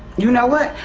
you know what,